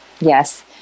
Yes